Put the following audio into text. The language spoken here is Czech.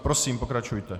Prosím, pokračujte.